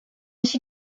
she